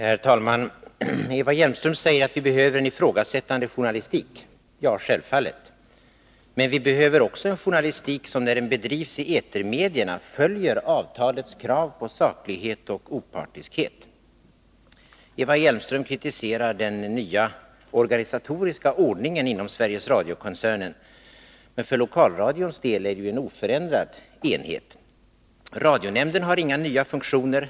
Herr talman! Eva Hjelmström säger att vi behöver en ifrågasättande journalistik. Ja, självfallet. Men vi behöver också en journalistik som, när den bedrivs i etermedierna, följer avtalets krav på saklighet och opartiskhet. Eva Hjelmström kritiserar den nya organisatoriska ordningen inom Sveriges Radio-koncernen. Men för lokalradions del är det en oförändrad enhet. Radionämnden har inga nya funktioner.